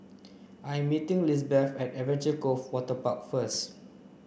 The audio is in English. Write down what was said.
I'm meeting Lisbeth at Adventure Cove Waterpark first